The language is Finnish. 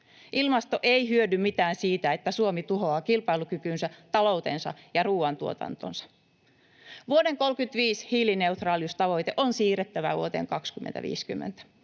Ilmasto ei hyödy mitään siitä, että Suomi tuhoaa kilpailukykynsä, taloutensa ja ruuantuotantonsa. Vuoden 35 hiilineutraaliustavoite on siirrettävä vuoteen 2050.